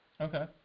okay